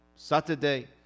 Saturday